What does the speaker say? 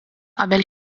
qabel